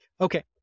Okay